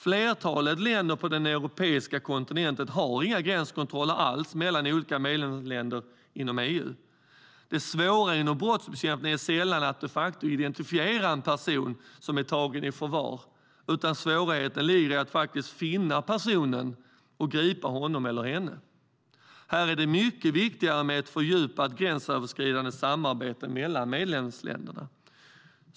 Flertalet länder på den europeiska kontinenten har inga gränskontroller alls mellan olika medlemsländer inom EU. Det svåra inom brottsbekämpningen är sällan att de facto identifiera en person som är tagen i förvar, utan svårigheten ligger i att faktiskt finna personen och gripa honom eller henne. Här är det mycket viktigare med ett fördjupat gränsöverskridande samarbete mellan medlemsländerna.